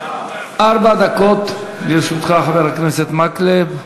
ארבע דקות לרשותך, חבר הכנסת מקלב.